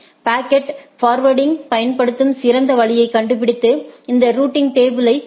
packet forwarding பயன்படுத்தும் சிறந்த வழியைக் கண்டுபிடித்து இந்த ரூட்டிங் டேபிளை புதுபிக்கிறார்கள்